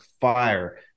fire